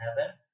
heaven